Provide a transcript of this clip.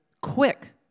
Quick